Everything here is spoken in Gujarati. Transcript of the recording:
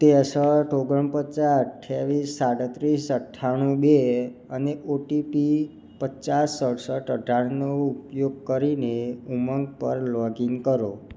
ત્રેસઠ ઓગણપચાસ અઠ્યાવીસ સાડત્રીસ અઠ્ઠાણું બે અને ઓ ટી પી પચાસ સડસઠ અઢારનો ઉપયોગ કરીને ઉમંગ પર લોગ ઇન કરો